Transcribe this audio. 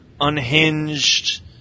unhinged